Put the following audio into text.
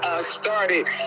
started